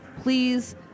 please